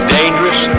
dangerous